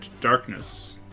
darkness